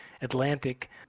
Atlantic